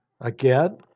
again